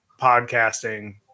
podcasting